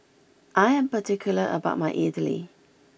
I am particular about my Idili